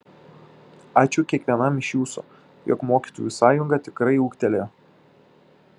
ačiū kiekvienam iš jūsų jog mokytojų sąjunga tikrai ūgtelėjo